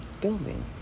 building